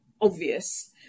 obvious